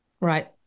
Right